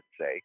say